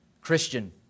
Christian